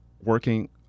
working